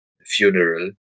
funeral